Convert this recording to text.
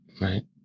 Right